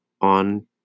on